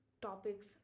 topics